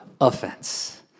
Offense